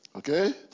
Okay